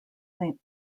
saint